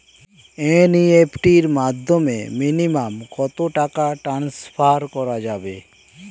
NEFT এর মাধ্যমে minimum কত টাকা টান্সফার করা যাবে?